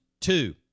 Two